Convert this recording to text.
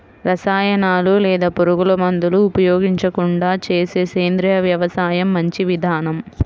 రసాయనాలు లేదా పురుగుమందులు ఉపయోగించకుండా చేసే సేంద్రియ వ్యవసాయం మంచి విధానం